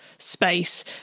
Space